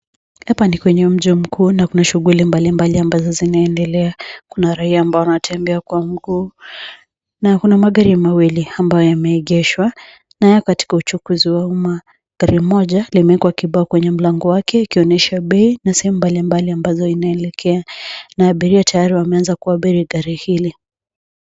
Hapo ni kwenye mji mkuu na kuna shughuli mbalimbali ambazo zinaendelea. Kuna raia ambayo anatembea kwa miguu na kuna magari mawili ambayo yameegeshwa na yako katika uchunguzi wa umma. Gari moja limewekwa kibao kwenye mlango wake ikionyesha pei na sehemu mbali mbali ambazo inaelekea na abiria tayari wameanza kuabiri gari hili.